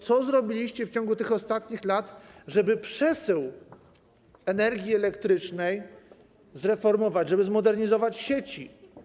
Co zrobiliście w ciągu tych ostatnich lat, żeby przesył energii elektrycznej zreformować, żeby zmodernizować sieci?